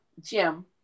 Jim